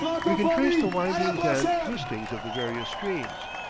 we can trace the windings and twistings of the various streams,